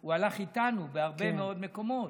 הוא הלך איתנו בהרבה מאוד מקומות.